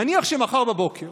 נניח שמחר בבוקר